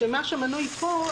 שמה שמנוי פה,